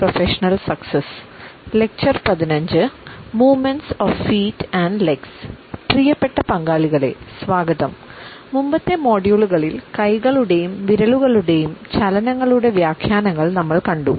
പ്രിയപ്പെട്ട പങ്കാളികളെ സ്വാഗതം മുമ്പത്തെ മൊഡ്യൂളുകളിൽ കൈകളുടെയും വിരലുകളുടെയും ചലനങ്ങളുടെ വ്യാഖ്യാനങ്ങൾ നമ്മൾ കണ്ടു